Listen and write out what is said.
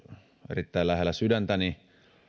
erittäin lähellä sydäntäni